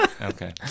Okay